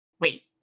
wait